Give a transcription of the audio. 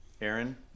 Aaron